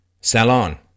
Salon